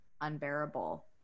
unbearable